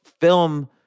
film